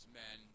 men